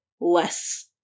less